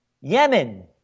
Yemen